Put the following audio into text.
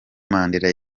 mandela